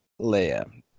Leia